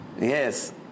Yes